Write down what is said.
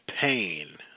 Pain